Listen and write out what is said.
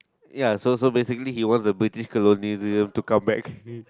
ya so so basically he wants the British colony they have to come back